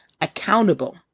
accountable